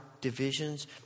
divisions